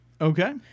Okay